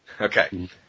Okay